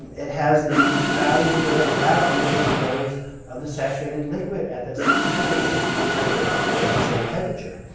it has the values that are about equal to those of the saturated liquid at the same temperature, not pressure, but at the same temperature.